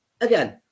again